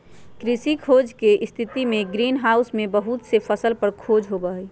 कृषि खोज के स्थितिमें ग्रीन हाउस में बहुत से फसल पर खोज होबा हई